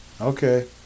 Okay